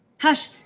hush!